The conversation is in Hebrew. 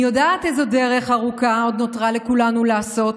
אני יודעת איזו דרך ארוכה עוד נותרה לכולנו לעשות.